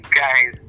guys